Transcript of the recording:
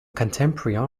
contemporary